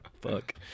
Fuck